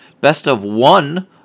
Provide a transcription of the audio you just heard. best-of-one